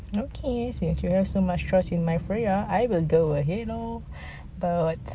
okay since you have so much trust in my freya I will give it a head oh but